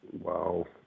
Wow